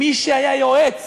מי שהיה יועץ